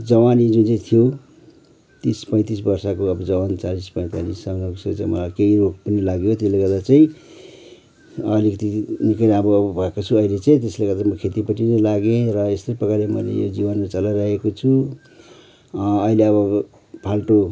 जवानी जुन चाहिँ थियो तिस पैँतिस बर्षको जवान चालीस पैतालीससम्मको उमेरमा केही रोग पनि लाग्यो त्यसले गर्दा चाहिँ अलिकति निकै राम्रो भएको छु अहिले चाहिँ त्यसले गर्दा म खेतीपट्टि नै लागेँ र यस्तै प्रकारले मैले यो जीवनलाई चलाइराखेको छु अहिले अब फाल्टु